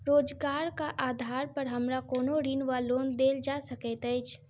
रोजगारक आधार पर हमरा कोनो ऋण वा लोन देल जा सकैत अछि?